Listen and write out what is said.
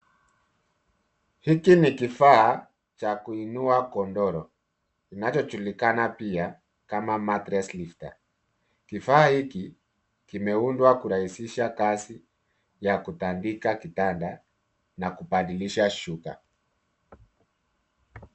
Hiki ni kifaa cha kuinua godoro kinacho julikana pia kama matttress lifter kifaa hiki kimeundwa kurahisisha kazi ya kutandika kitanda na kubadirisha shuka.